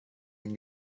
den